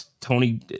Tony